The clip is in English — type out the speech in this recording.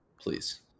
Please